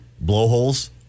Blowholes